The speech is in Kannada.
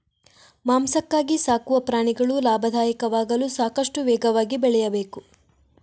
ಮಾಂಸಕ್ಕಾಗಿ ಸಾಕುವ ಪ್ರಾಣಿಗಳು ಲಾಭದಾಯಕವಾಗಲು ಸಾಕಷ್ಟು ವೇಗವಾಗಿ ಬೆಳೆಯಬೇಕು